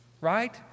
right